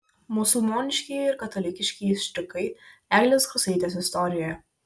musulmoniškieji ir katalikiškieji štrichai eglės kusaitės istorijoje